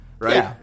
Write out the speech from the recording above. right